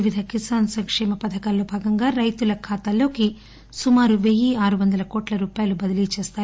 వివిధ కిసాస్ సంక్షేమ పథకాల్లో భాగంగా రైతుల ఖాతాల్లోకి సుమారు వెయ్యి ఆరు వంద కోట్ల రూపాయలు బదిలీ చేస్తారు